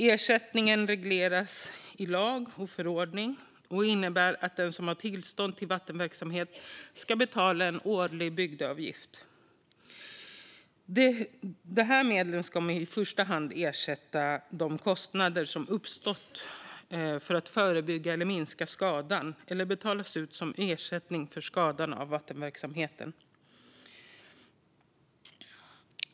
Ersättningen regleras i lag och förordning och innebär att den som har tillstånd till vattenverksamhet ska betala en årlig bygdeavgift. Dessa medel ska i första hand ersätta de kostnader som har uppstått för att förebygga eller minska skadan eller betalas ut som ersättning för skadan av vattenverksamheten.